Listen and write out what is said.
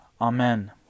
Amen